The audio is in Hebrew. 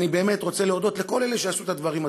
אני באמת רוצה להודות לכל אלה שעשו את הדברים הטובים,